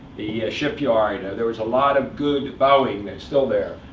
the shipyard there was a lot of good boeing, that's still there.